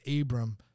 Abram